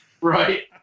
Right